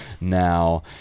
now